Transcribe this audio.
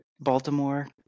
Baltimore